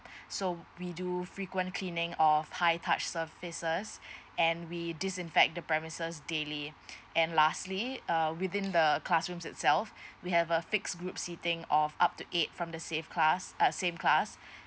so we do frequent cleaning of high touch surfaces and we disinfect the premises daily and lastly uh within the classrooms itself we have a fixed group seating of up to eight from the save class uh same class